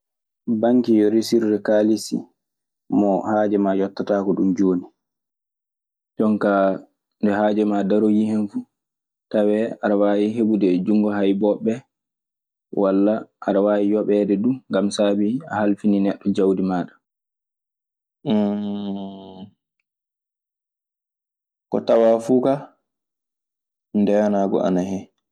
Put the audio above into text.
Banki yo resirde kaalissi mo haaje maa yottotaako ɗum jooni. Jon kaa nde haaju maa daroyii hen fuu tawee aɗe waawi heɓude e junngo haybooɓe ɓee; walla aɗe waawi yoɓeede duu. Ngam saabii a halfinii neɗɗo jawdi maaɗa. Ko tawaa fu ka, ndeenaagu ana hen.